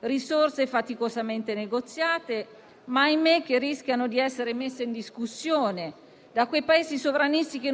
risorse faticosamente negoziate, ma che rischiano - ahimè - di essere messe in discussione da quei Paesi sovranisti che